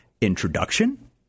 introduction